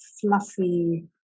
fluffy